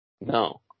No